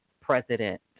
president